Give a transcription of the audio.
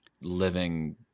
living